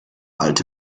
alte